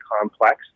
complex